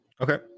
Okay